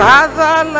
Father